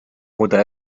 oder